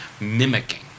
mimicking